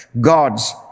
God's